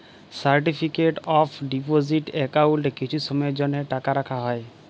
certificate of deposit একাউল্টে কিছু সময়ের জ্যনহে টাকা রাখা হ্যয়